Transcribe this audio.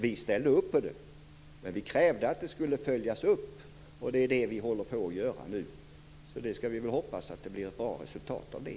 Vi ställde upp på det, men vi krävde att det skulle följas upp. Det är det vi nu håller på att göra. Vi får hoppas att det blir ett bra resultat av det.